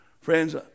Friends